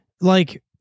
like-